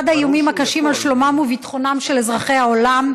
האיומים הקשים על שלומם וביטחונם של אזרחי העולם.